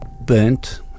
burnt